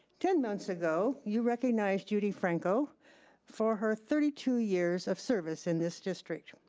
ten months ago you recognized judy franco for her thirty two years of service in this district.